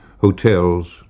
hotels